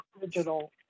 digital